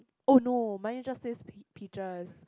oh no mine just says pea~ peaches